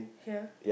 here